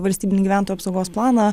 valstybinį gyventojų apsaugos planą